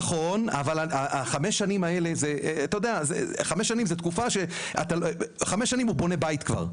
נכון, אבל אתה יודע, בחמש שנים הוא בונה בית כבר.